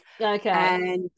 Okay